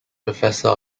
professor